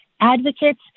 advocates